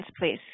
please